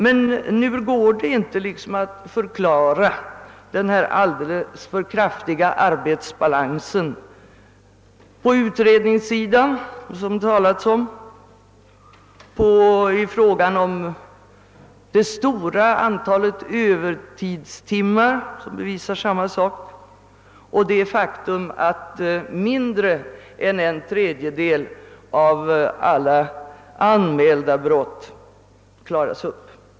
Men nu räcker det inte med att bara försöka förklara denna alldeles för kraftiga arbetsbalans på utredningssidan, det stora antalet övertidstimmar och det faktum att mindre än en tredjedel av alla anmälda brott klaras upp.